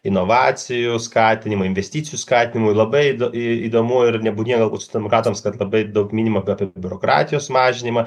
inovacijų skatinimui investicijų skatinimui labai įdo įdomu ir nebūdinga galbūt socialdemokratams kad labai daug minima apie biurokratijos mažinimą